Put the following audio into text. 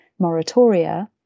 moratoria